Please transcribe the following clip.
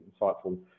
insightful